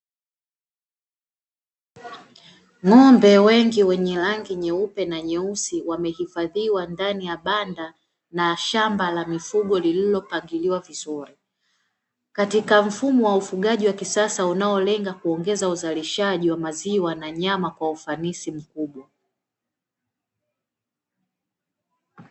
Ng'ombe wengi wenye rangi nyeupe na nyeusi, wamehifadhiwa ndani ya banda na shamba la mifugo lililopangiliwa vizuri, katika mfumo wa ufugaji wa kisasa unaolenga kuongeza uzalishaji wa maziwa na nyama kwa ufanisi mkubwa.